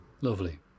Lovely